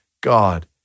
God